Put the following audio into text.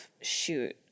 shoot